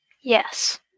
Yes